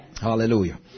Hallelujah